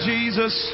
Jesus